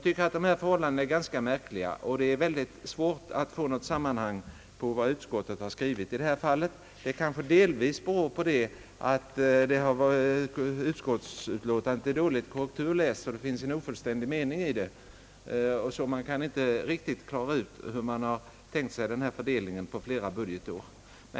Dessa förhållanden är ganska märkliga, och det är mycket svårt att få något sammanhang i vad utskottet har skrivit på denna punkt; det kanske delvis beror på att utskottsutlåtandet är dåligt korrekturläst och det finns en ofullständig mening i det. Det är därför svårt att riktigt klara ut hur man har tänkt sig fördelningen på flera budgetår.